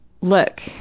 look